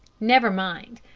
never mind,